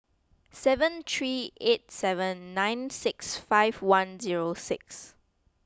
seven three eight seven nine six five one zero six